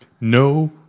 No